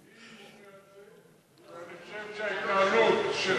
העבודה, הרווחה והבריאות.